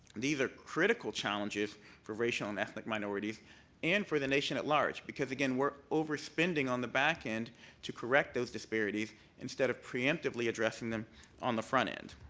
these are critical challenges for racial and ethnic minorities and for the nation at large because again, we're overspending on the back end to correct those disparities instead of preemptively addressing them on the front end.